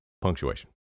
Punctuation